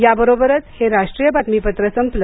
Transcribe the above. याबरोबरच हे राष्ट्रीय बातमीपत्र संपलं